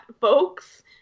folks